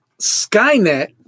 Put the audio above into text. Skynet